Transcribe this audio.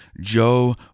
Joe